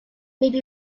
maybe